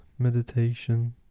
meditation